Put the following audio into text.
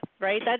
right